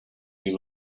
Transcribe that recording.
you